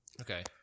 Okay